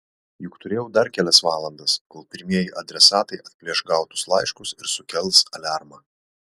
juk turėjau dar kelias valandas kol pirmieji adresatai atplėš gautus laiškus ir sukels aliarmą